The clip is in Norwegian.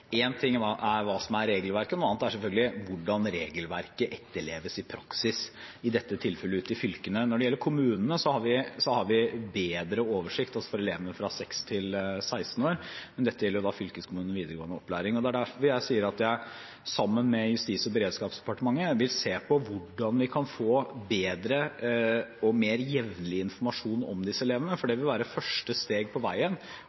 ting er hva som er regelverket, noe annet er selvfølgelig hvordan regelverket etterleves i praksis – i dette tilfellet ute i fylkene. Når det gjelder kommunene, har vi bedre oversikt over elevene fra 6 til 16 år. Men dette gjelder fylkeskommunene og videregående opplæring. Det er derfor jeg sier at jeg sammen med Justis- og beredskapsdepartementet vil se på hvordan vi kan få bedre og mer jevnlig informasjon om disse elevene. Det vil være første steg på veien